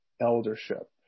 eldership